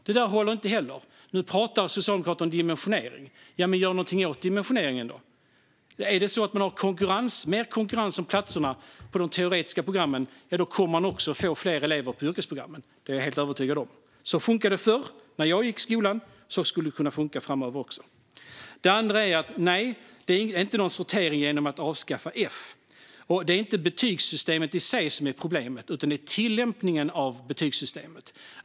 Det håller inte. Nu talar Socialdemokraterna om dimensionering. Jamen gör något åt dimensioneringen då! Om man får mer konkurrens om platserna på de teoretiska programmen kommer man också att få fler elever till yrkesprogrammen. Det är jag helt övertygad om. Så funkade det förr när jag gick i skolan, och så skulle det kunna funka framöver också. Nej, det sker ingen sortering genom att man avskaffar betyget F. Det är inte betygssystemet i sig som är problemet, utan det är tillämpningen av betygssystemet.